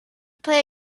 play